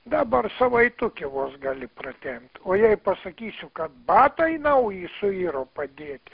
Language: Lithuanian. dabar savaitukę vos gali pratempt o jei pasakysiu kad batai nauji suiro padėti